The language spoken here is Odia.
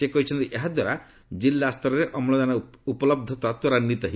ସେ କହିଛନ୍ତି ଏହାଦ୍ୱାରା ଜିଲ୍ଲା ସ୍ତରରେ ଅମ୍ଳଜାନ ଉପଲହ୍ଧତା ତ୍ୱରାନ୍ୱିତ ହେବ